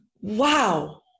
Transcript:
wow